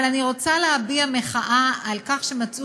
אבל אני רוצה להביע מחאה על כך שמצאו